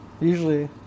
usually